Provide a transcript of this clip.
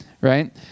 right